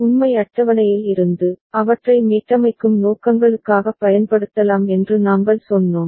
உண்மை அட்டவணையில் இருந்து அவற்றை மீட்டமைக்கும் நோக்கங்களுக்காகப் பயன்படுத்தலாம் என்று நாங்கள் சொன்னோம்